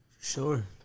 Sure